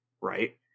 Right